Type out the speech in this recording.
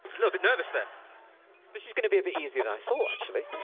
little bit nervous there. this is going to be a bit easier than i thought, actually.